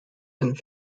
and